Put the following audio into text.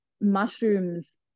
mushrooms